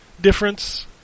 difference